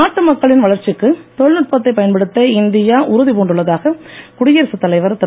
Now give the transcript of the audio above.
நாட்டு மக்களின் வளர்ச்சிக்கு தொழில்நுட்பத்தை பயன்படுத்த இந்தியா உறுதிப் பூண்டுள்ளதாக குடியரசுத் தலைவர் திரு